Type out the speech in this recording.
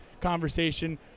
conversation